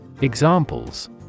Examples